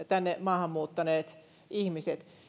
tänne maahanmuuttaneet ihmiset pystyvät työllistymään